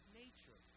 nature